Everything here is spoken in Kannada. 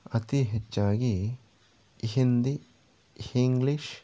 ಅತೀ ಹೆಚ್ಚಾಗಿ ಹಿಂದಿ ಹಿಂಗ್ಲೀಷ್